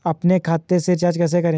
अपने खाते से रिचार्ज कैसे करें?